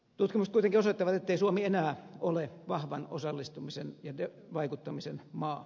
tutkimukset kuitenkin osoittavat ettei suomi enää ole vahvan osallistumisen ja vaikuttamisen maa